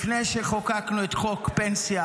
לפני שחוקקנו את חוק פנסיה,